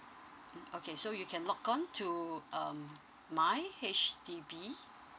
mm okay so you can log on to um my H_D_B